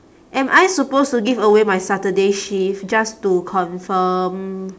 am I supposed to give away my saturday shift just to confirm